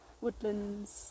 woodlands